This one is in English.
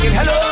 Hello